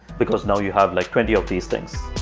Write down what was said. because now you have like twenty of these things?